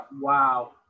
wow